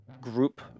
group